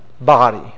body